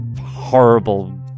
horrible